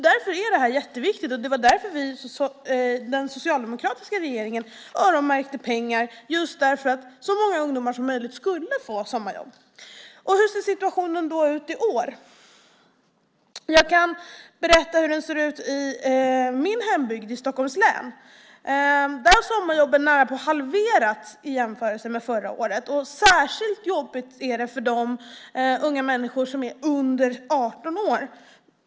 Därför är det här viktigt, och det var därför den socialdemokratiska regeringen öronmärkte pengar så att så många ungdomar som möjligt skulle få sommarjobb. Hur ser situationen ut i år? Jag kan berätta hur den ser ut i min hembygd i Stockholms län. Där har sommarjobben närapå halverats i jämförelse med förra året. Särskilt jobbigt är det för de unga människor som är under 18 år.